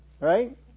right